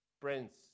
Prince